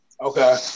Okay